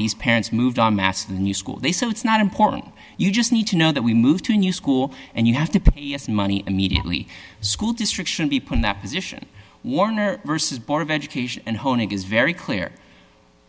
these parents moved on mass the new school they said it's not important you just need to know that we move to a new school and you have to pay us money immediately school district should be put in that position warner versus board of education and hone it is very clear